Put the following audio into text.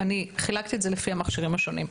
חילקתי את זה לפי המכשירים השונים.